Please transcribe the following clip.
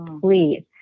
please